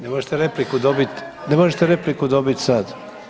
Ne možete repliku dobit, ne možete repliku dobit sad.